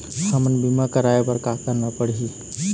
हमन बीमा कराये बर का करना पड़ही?